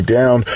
down